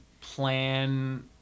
plan